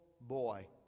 boy